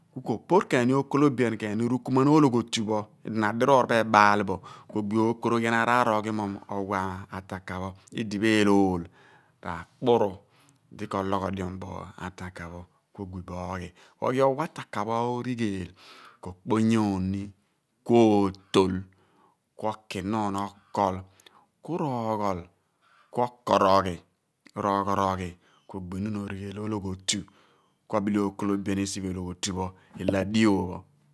Kopoor ken ni ookolobian rukuman ologhiotu pho idipho adiroor pho ebaal bo ku gbo ookoroghian araar oghimom owa ataka pho idipho ehlool r'akpuru di kologhodiom bo ataka pho ku ogbi bo oghi ku oghi owa ataka pho origheel, ko kponyoon ni ku ootol ku oki nuun okol ku roghol ku okoroghi ku r'oghorughi ku ogbi nuun orighal ologhiotu ku obile ookodobian ilo adio pho